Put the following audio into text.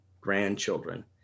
grandchildren